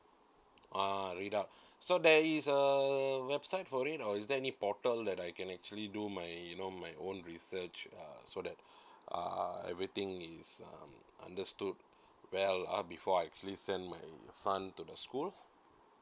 uh read out so there is uh website for it or is there any portal that I can actually do my you know my own research uh so that uh everything is um understood well uh before I actually send my son to the school